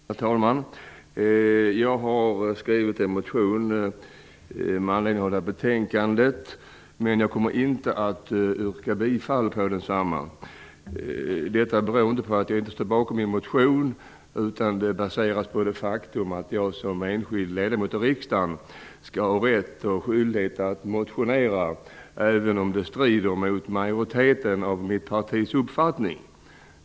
Herr talman! Jag har väckt en motion med anledning av detta betänkande. Men jag kommer inte att yrka bifall till densamma. Detta beror inte på att jag inte står bakom min motion, utan det baseras på det faktum att jag som enskild ledamot av riksdagen skall ha rätt och skyldighet att motionera även om det strider mot den uppfattning som majoriteten i mitt parti har.